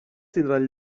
tindran